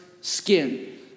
skin